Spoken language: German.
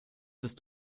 ist